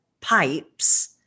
pipes